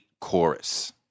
chorus